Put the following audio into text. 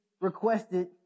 requested